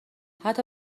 حتی